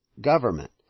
government